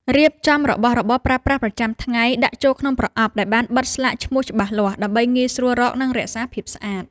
រៀបចំរបស់របរប្រើប្រាស់ប្រចាំថ្ងៃដាក់ចូលក្នុងប្រអប់ដែលបានបិទស្លាកឈ្មោះច្បាស់លាស់ ដើម្បីងាយស្រួលរក និងរក្សាភាពស្អាត។